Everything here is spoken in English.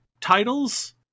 titles